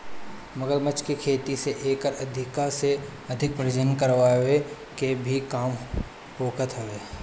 मगरमच्छ के खेती से एकर अधिका से अधिक प्रजनन करवाए के भी काम होखत हवे